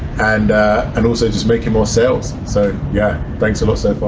and and also just making more sales. so yeah, thanks a lot